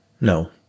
No